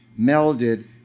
melded